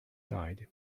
died